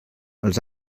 els